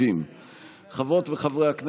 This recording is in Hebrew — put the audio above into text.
בצירוף קולותיהם של חברת הכנסת מרב מיכאלי וחבר הכנסת